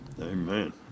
Amen